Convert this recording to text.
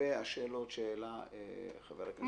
לגבי השאלות שהעלה חבר הכנסת סמוטריץ.